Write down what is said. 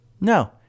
No